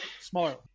smaller